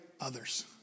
others